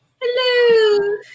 Hello